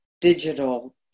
digital